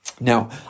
Now